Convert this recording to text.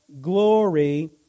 glory